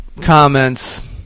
comments